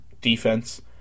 defense